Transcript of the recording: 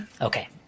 Okay